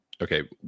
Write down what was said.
Okay